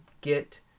get